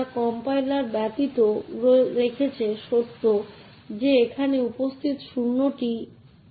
এটি একটি কমান্ডের আরেকটি উদাহরণ যা এই ক্ষেত্রে একটি ফাইলের একটি নির্দিষ্ট বস্তু থেকে প্রাক্তন বন্ধুর কাছ থেকে একটি অধিকার অপসারণ করে